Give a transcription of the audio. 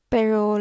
Pero